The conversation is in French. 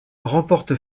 remporte